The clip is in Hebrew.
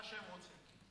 מה שהם רוצים.